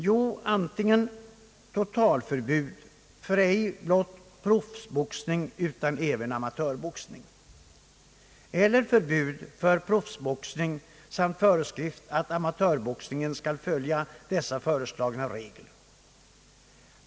Jo, antingen totalförbud för ej blott proffsboxning utan även amatörboxning, eller förbud för proffsboxning samt föreskrift att amatörboxningen skall följa dessa föreslagna regler.